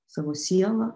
savo siela